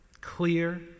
clear